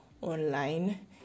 online